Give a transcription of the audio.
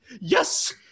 yes